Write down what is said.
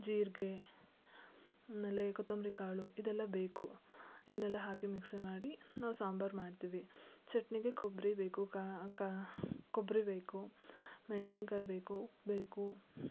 ಜೀರಿಗೆ ಆಮೇಲೆ ಕೊತ್ತಂಬರಿ ಕಾಳು ಇದೆಲ್ಲ ಬೇಕು ಇದನ್ನೆಲ್ಲ ಹಾಕಿ ಮಿಕ್ಸಿ ಮಾಡಿ ನಾವು ಸಾಂಬಾರು ಮಾಡ್ತೀವಿ ಚಟ್ನಿಗೆ ಕೊಬ್ಬರಿ ಬೇಕು ಕ ಕ ಕೊಬ್ಬರಿ ಬೇಕು ಮೆಣಸಿನ್ಕಾಯಿ ಬೇಕು ಬೇಕು